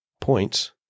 points